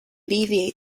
alleviate